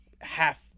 half